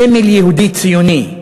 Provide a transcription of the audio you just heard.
סמל יהודי-ציוני.